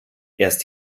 erst